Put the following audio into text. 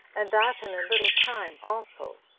and that in a little time also.